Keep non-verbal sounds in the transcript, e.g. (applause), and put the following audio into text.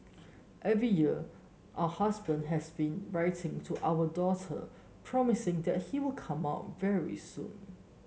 every year (unintelligible) husband has been writing to our daughter promising that he will come out very soon